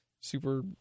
super